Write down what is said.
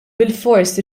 bilfors